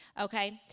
Okay